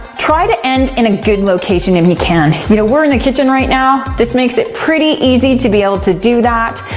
try to end in a good location if you can. you know we're in the kitchen right now. this makes it pretty easy to be able to do.